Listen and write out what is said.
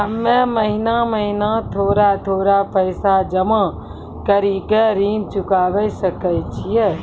हम्मे महीना महीना थोड़ा थोड़ा पैसा जमा कड़ी के ऋण चुकाबै सकय छियै?